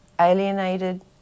alienated